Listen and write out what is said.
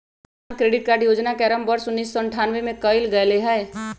किसान credit card योजना के आरंभ वर्ष उन्नीसौ अठ्ठान्नबे में कइल गैले हल